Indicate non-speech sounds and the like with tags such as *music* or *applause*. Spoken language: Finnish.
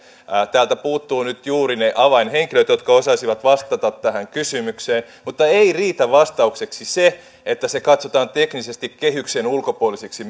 täältä puuttuvat nyt juuri ne avainhenkilöt jotka osaisivat vastata tähän kysymykseen mutta ei riitä vastaukseksi se että se katsotaan teknisesti kehyksen ulkopuoliseksi *unintelligible*